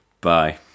Bye